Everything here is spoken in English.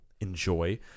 enjoy